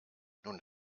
nun